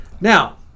Now